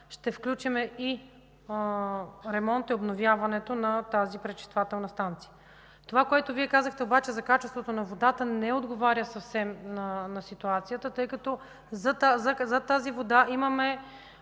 ще включим и ремонта, и обновяването на тази пречиствателна станция. Това, което Вие казахте обаче за качеството на водата не отговаря съвсем на ситуацията, тъй като за тази вода имаме